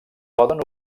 poden